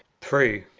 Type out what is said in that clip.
three.